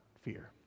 fear